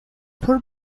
por